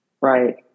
right